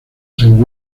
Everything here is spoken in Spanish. saint